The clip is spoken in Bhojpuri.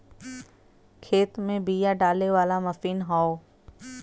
खेत में बिया डाले वाला मशीन हौ